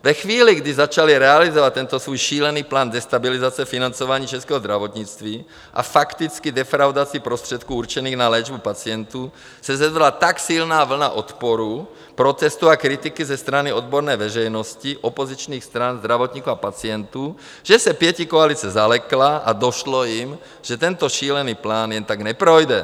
Ve chvíli, kdy začali realizovat tento svůj šílený plán destabilizace financování českého zdravotnictví a fakticky defraudaci prostředků určených na léčbu pacientů, se zvedla tak silná vlna odporu, protestů a kritiky ze strany odborné veřejnosti, opozičních stran, zdravotníků a pacientů, že se pětikoalice zalekla a došlo jim, že tento šílený plán jen tak neprojde.